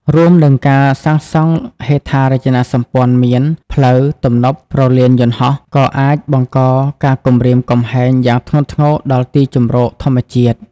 រួមនឹងការសាងសង់ហេដ្ឋារចនាសម្ព័ន្ធមាន ផ្លូវ ទំនប់ ព្រលានយន្តហោះ ក៏អាចបង្កការគំរាមកំហែងយ៉ាងធ្ងន់ធ្ងរដល់ទីជម្រកធម្មជាតិ។